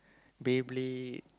Beyblade